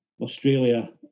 Australia